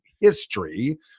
history